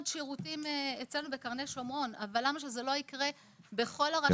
שירותים אבל למה שזה לא יקרה בכל הרשויות?